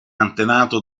antenato